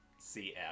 CF